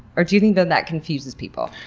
or do you think that that confuses people?